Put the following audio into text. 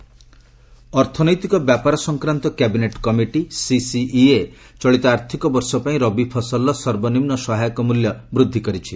cabinet MSP ଅର୍ଥନୈତିକ ବ୍ୟାପାର ସଂକ୍ରାନ୍ତ କ୍ୟାବିନେଟ୍ କମିଟି ସିସିଇଏ ଚଳିତ ଆର୍ଥିକ ବର୍ଷ ପାଇଁ ରବି ଫସଲର ସର୍ବନିମ୍ନ ସହାୟକ ମୂଲ୍ୟ ବୃଦ୍ଧି କରିଛି